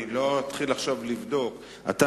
אני לא אתחיל לבדוק עכשיו.